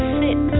sit